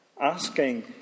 asking